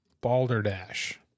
Balderdash